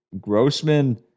Grossman